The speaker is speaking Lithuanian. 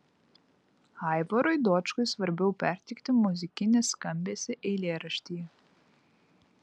aivarui dočkui svarbiau perteikti muzikinį skambesį eilėraštyje